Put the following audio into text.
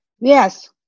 Yes